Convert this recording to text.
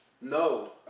No